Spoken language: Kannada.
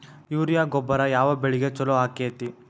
ಯೂರಿಯಾ ಗೊಬ್ಬರ ಯಾವ ಬೆಳಿಗೆ ಛಲೋ ಆಕ್ಕೆತಿ?